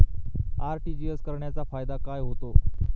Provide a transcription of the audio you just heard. RTGS करण्याचा फायदा काय होतो?